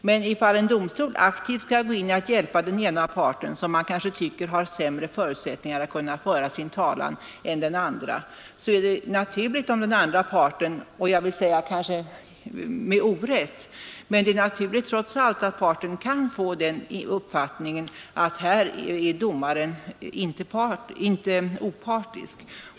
Men ifall domstol aktivt skall hjälpa den ena parten, som man kanske tycker har sämre förutsättningar att föra sin talan än den andra, är det naturligt att den andra parten — fastän kanske med orätt — kan få uppfattningen att domaren inte är opartisk.